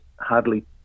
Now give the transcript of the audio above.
hardly